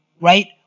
Right